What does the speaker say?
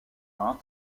art